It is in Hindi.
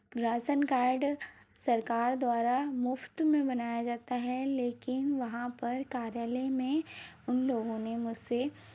राशन कार्ड सरकार द्वारा मुफ्त में बनाया जाता है लेकिन वहाँ पर कार्यालय में उन लोगों ने मुझसे